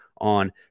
On